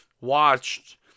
watched